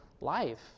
life